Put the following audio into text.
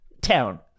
town